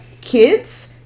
kids